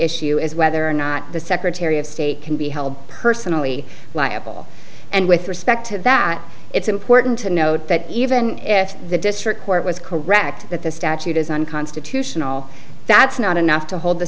issue is whether or not the secretary of state can be held personally liable and with respect to that it's important to note that even if the district court was correct that the statute is unconstitutional that's not enough to hold the